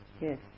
Yes